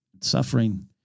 Suffering